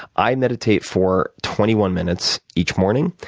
i meditate for twenty one minutes each morning.